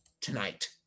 tonight